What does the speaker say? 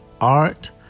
art